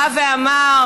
בא ואמר,